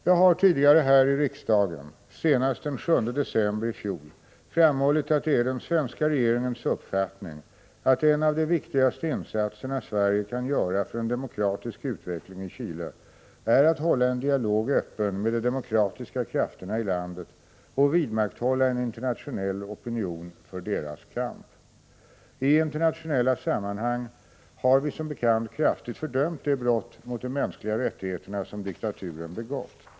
Jag har tidigare här i riksdagen, senast den 7 december i fjol, framhållit att det är den svenska regeringens uppfattning att en av de viktigaste insatserna Sverige kan göra för en demokratisk utveckling i Chile är att hålla en dialog öppen med de demokratiska krafterna i landet och vidmakthålla en internationell opinion för deras kamp. I internationella sammanhang har vi som bekant kraftigt fördömt de brott mot de mänskliga rättigheterna som diktaturen begått.